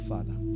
Father